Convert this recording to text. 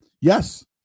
yes